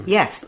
Yes